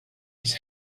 his